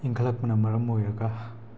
ꯏꯟꯈꯠꯂꯛꯄꯅ ꯃꯔꯝ ꯑꯣꯏꯔꯒ